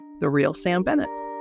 TheRealSamBennett